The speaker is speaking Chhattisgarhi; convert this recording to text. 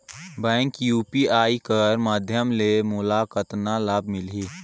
बैंक यू.पी.आई कर माध्यम ले मोला कतना लाभ मिली?